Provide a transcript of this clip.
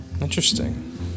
Interesting